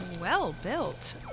well-built